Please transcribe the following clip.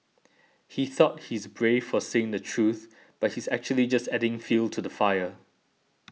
he thought he's brave for saying the truth but he's actually just adding fuel to the fire